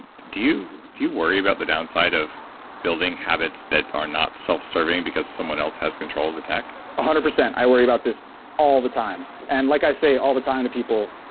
do you do you worry about the downside of building habits that are not self-serving because someone else has control of the tech? one ah hundred percent i worry about this all the time and like i say all the time to people,